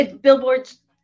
Billboards